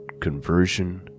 conversion